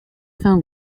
fin